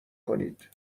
کنید